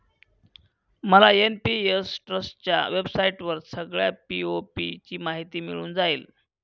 मला एन.पी.एस ट्रस्टच्या वेबसाईटवर सगळ्या पी.ओ.पी ची माहिती मिळून जाईल